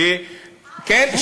איזה משפטי שדה?